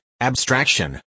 abstraction